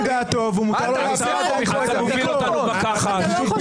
דעתו ומותר לו --- אתה מתנהג בצורה לא ראויה.